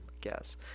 guess